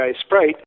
Sprite